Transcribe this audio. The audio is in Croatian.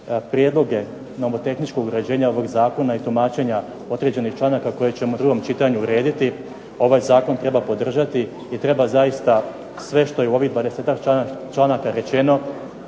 prijedloge nomotehničkog uređenja ovog zakona i tumačenja određenih članaka koje ćemo u drugom čitanju urediti ovaj zakon treba podržati i treba zaista sve što je u ovih dvadesetak članaka rečeno